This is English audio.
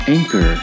Anchor